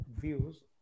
views